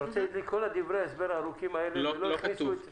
אתה רוצה להגיד לי שבכל דברי ההסבר הארוכים האלה לא הכניסו את זה?